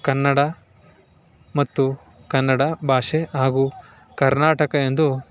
ಕನ್ನಡ ಮತ್ತು ಕನ್ನಡ ಭಾಷೆ ಹಾಗೂ ಕರ್ನಾಟಕ ಎಂದು